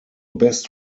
best